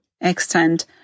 extend